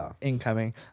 incoming